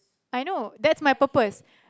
I know that's my purpose